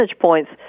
points